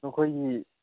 ꯅꯈꯣꯏꯒꯤ